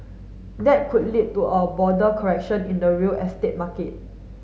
that could lead to a broader correction in the real estate market